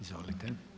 Izvolite.